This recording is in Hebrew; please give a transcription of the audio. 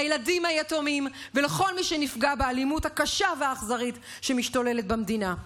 לילדים היתומים ולכל מי שנפגע מהאלימות הקשה והאכזרית שמשתוללת במדינה.